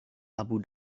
abu